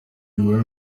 inyuma